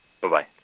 Bye-bye